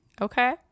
okay